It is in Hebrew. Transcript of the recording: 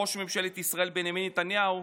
ראש ממשלת ישראל בנימין נתניהו,